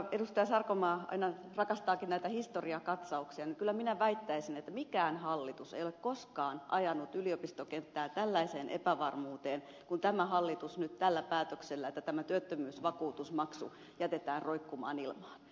sarkomaa aina rakastaakin näitä historiakatsauksia että mikään hallitus ei ole koskaan ajanut yliopistokenttää tällaiseen epävarmuuteen kuin tämä hallitus nyt tällä päätöksellä että työttömyysvakuutusmaksu jätetään roikkumaan ilmaan